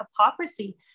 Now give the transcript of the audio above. hypocrisy